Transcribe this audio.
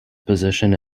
positioned